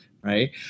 Right